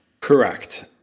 Correct